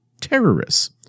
terrorists